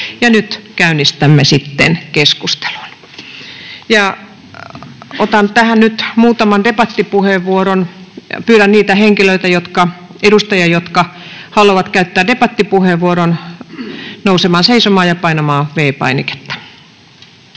Nyt käynnistämme sitten keskustelun. Otan tähän nyt muutaman debattipuheenvuoron. Pyydän niitä edustajia, jotka haluavat käyttää debattipuheenvuoron, nousemaan seisomaan ja painamaan V-painiketta.